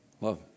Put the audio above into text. love